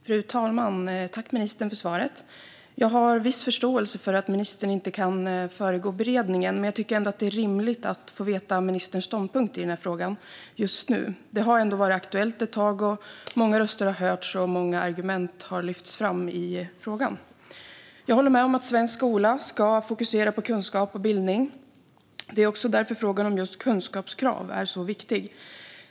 Fru talman! Tack, ministern, för svaret! Jag har viss förståelse för att ministern inte kan förekomma beredningen, men jag tycker ändå att det är rimligt att få veta ministerns ståndpunkt i denna fråga just nu. Detta har ju ändå varit aktuellt ett tag. Många röster har hörts, och många argument har lyfts fram i frågan. Jag håller med om att svensk skola ska fokusera på kunskap och bildning. Det är också därför frågan om just kunskapskrav är så viktig.